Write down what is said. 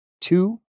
two